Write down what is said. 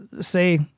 Say